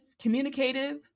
communicative